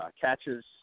catches